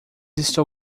estou